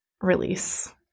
release